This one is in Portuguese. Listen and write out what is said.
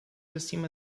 acima